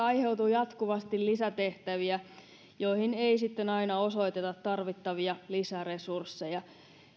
aiheutuu jatkuvasti lisätehtäviä joihin ei sitten aina osoiteta tarvittavia lisäresursseja